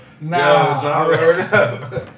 Nah